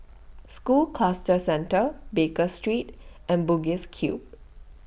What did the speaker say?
School Cluster Centre Baker Street and Bugis Cube